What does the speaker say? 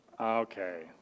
okay